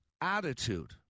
attitude